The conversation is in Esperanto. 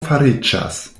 fariĝas